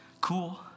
Cool